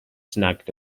snagged